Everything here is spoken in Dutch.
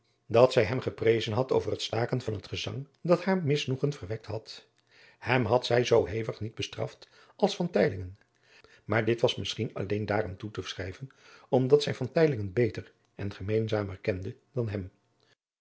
dat zij hem geprezen had over het staken van het gezang dat haar misnoegen verwekt had hem had zij zoo hevig niet bestraft als van teylingen maar dit was misschien alleen daaraan toe te schrijven omdat zij van teylingen beter en gemeenzamer kende dan hem